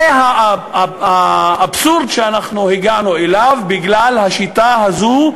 זה האבסורד שאנחנו הגענו אליו בגלל השיטה הזו,